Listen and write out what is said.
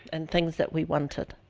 and things that we wanted.